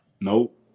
Nope